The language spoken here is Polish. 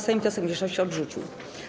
Sejm wniosek mniejszości odrzucił.